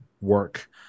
work